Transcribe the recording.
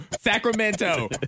sacramento